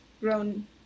grown